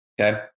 Okay